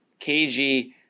KG